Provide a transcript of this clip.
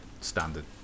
standard